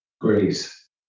Greece